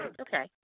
Okay